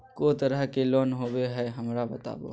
को तरह के लोन होवे हय, हमरा बताबो?